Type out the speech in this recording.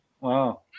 Wow